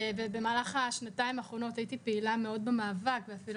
ובמהלך השנתיים האחרונות הייתי פעילה מאוד במאבק ואפילו